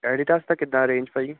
Adidas ਦਾ ਕਿੱਦਾਂ range ਭਾਅ ਜੀ